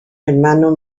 hermano